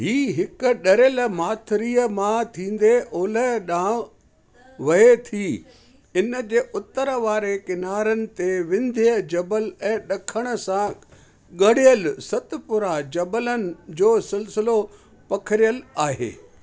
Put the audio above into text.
हीअ हिकु ॾरियलु माथरीअ मां थींदे ओलह ॾांहुं वहे थी इन जे उतर वारे किनारनि ते विंध्य जबल ऐं ॾखण सां ॻंढियलु सतपुड़ा जबलनि जो सिलसिलो पखिड़ियलु आहे